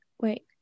wait